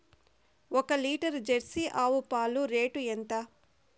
ఒక litre Jersey ఆవు పాలు రేటు ఎంత?